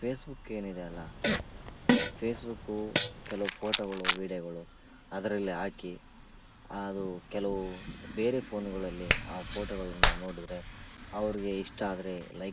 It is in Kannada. ಫೇಸ್ಬುಕ್ ಏನಿದೆ ಅಲ್ಲ ಫೇಸ್ಬುಕ್ಕು ಕೆಲವು ಫೋಟೋಗಳು ವಿಡಿಯೋಗಳು ಅದರಲ್ಲಿ ಹಾಕಿ ಅದು ಕೆಲವು ಬೇರೆ ಫೋನ್ಗಳಲ್ಲಿ ಆ ಫೋಟೊಗಳನ್ನು ನೋಡಿದರೆ ಅವ್ರಿಗೆ ಇಷ್ಟ ಆದರೆ ಲೈಕ್